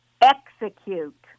Execute